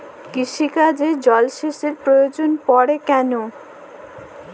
কৃষিকাজে জলসেচের প্রয়োজন পড়ে কেন?